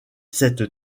cette